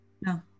No